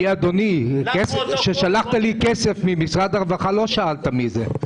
"מי אדוני?" כששלחת לי כסף ממשרד הרווחה לא שאלת מי זה.